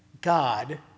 God